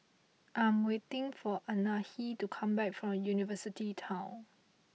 I am waiting for Anahi to come back from University Town